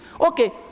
Okay